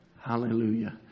Hallelujah